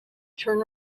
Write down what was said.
turn